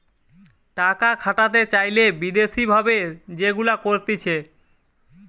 টাকা খাটাতে চাইলে বিদেশি ভাবে যেগুলা করতিছে